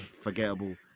forgettable